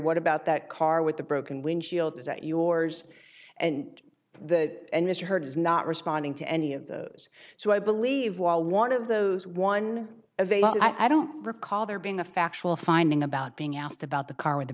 what about that car with the broken windshield is that yours and that and mr hurd is not responding to any of those so i believe while one of those one of a lot i don't recall there being a factual finding about being asked about the car with